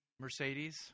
Mercedes